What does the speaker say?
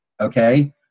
okay